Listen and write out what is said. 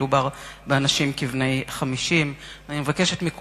מדובר באנשים כבני 50 שלצערי לא ימצאו עבודה בשום מקום אחר.